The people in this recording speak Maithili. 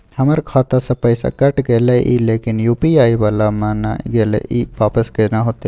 हमर खाता स पैसा कैट गेले इ लेकिन यु.पी.आई वाला म नय गेले इ वापस केना होतै?